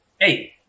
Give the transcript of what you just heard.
hey